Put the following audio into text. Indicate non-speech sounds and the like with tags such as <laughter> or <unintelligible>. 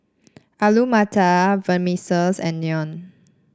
Alu Matar <unintelligible> and Naan